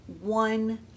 one